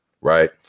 Right